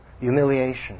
Humiliation